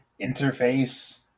Interface